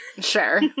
Sure